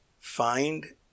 find